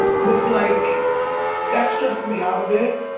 was like that stressed me out a bit.